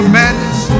madness